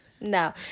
no